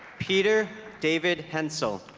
peter david haensel